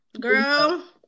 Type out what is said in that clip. Girl